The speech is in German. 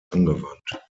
angewandt